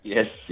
Yes